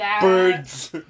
Birds